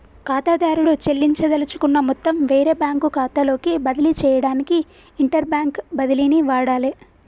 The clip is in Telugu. ఖాతాదారుడు చెల్లించదలుచుకున్న మొత్తం వేరే బ్యాంకు ఖాతాలోకి బదిలీ చేయడానికి ఇంటర్బ్యాంక్ బదిలీని వాడాలే